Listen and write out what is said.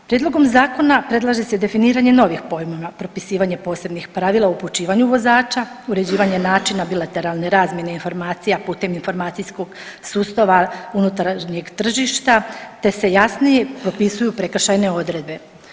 Prijedlogom zakona predlaže se definiranje novih pojmova, propisivanje posebnih pravila o upućivanju vozača, uređivanje načina bilateralne razmjene informacija putem informacijskog sustava unutarnjeg tržišta te se jasnije propisuju prekršajne odredbe.